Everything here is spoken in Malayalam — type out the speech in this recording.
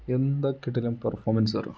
എന്താ കിടിലം പെർഫോമൻസ് അറിയാമോ